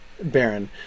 Baron